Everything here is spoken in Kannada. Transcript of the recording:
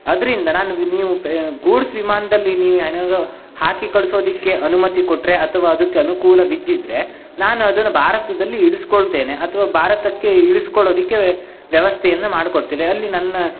ಆದ್ರಿಂದ ನಾನು ಇ ನೀವು ಪೇ ಗೂಡ್ಸ್ ವಿಮಾನದಲ್ಲಿ ನೀವು ಏನಾದ್ರೂ ಹಾಕಿ ಕಳ್ಸೋದಕ್ಕೆ ಅನುಮತಿ ಕೊಟ್ಟರೆ ಅಥವಾ ಅದಕ್ಕೆ ಅನುಕೂಲ ಬಿದ್ದಿದ್ದರೆ ನಾನು ಅದನ್ನ ಭಾರತದಲ್ಲಿ ಇಳಿಸ್ಕೊಳ್ತೇನೆ ಅಥವಾ ಭಾರತಕ್ಕೆ ಇಳ್ಸ್ಕೊಳ್ಳೋದಕ್ಕೆ ವ್ಯವಸ್ಥೆಯನ್ನು ಮಾಡ್ಕೊಡ್ತೇನೆ ಅಲ್ಲಿ ನನ್ನ